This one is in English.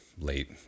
late